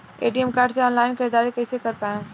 ATM card से online ख़रीदारी कइसे कर पाएम?